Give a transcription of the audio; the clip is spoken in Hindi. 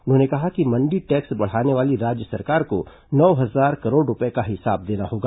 उन्होंने कहा कि मण्डी टैक्स बढ़ाने वाली राज्य सरकार को नौ हजार करोड़ रूपये का हिसाब देना होगा